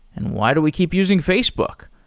and why do we keep using facebook?